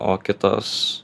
o kitos